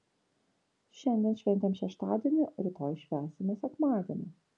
šiandien šventėm šeštadienį rytoj švęsime sekmadienį